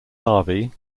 larvae